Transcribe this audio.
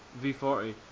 V40